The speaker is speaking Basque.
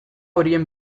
horien